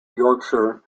yorkshire